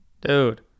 Dude